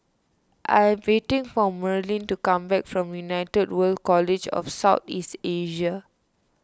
I am waiting for Merlin to come back from United World College of South East Asia